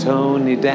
Tony